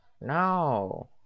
No